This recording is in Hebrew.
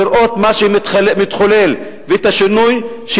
לראות מה שמתחולל ואת השינוי.